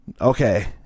Okay